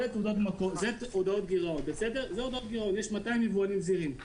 יש 200 יבואנים זעירים,